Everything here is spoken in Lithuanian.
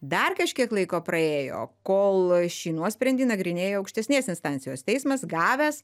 dar kažkiek laiko praėjo kol šį nuosprendį nagrinėjo aukštesnės instancijos teismas gavęs